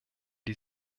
die